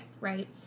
right